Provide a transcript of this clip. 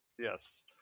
yes